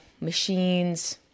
machines